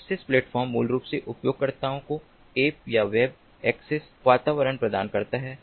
access platform मूल रूप से उपयोगकर्ताओं को ऐप या वेब एक्सेस वातावरण प्रदान करता है